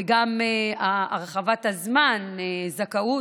וגם הרחבת זמן הזכאות,